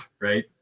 right